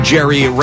Jerry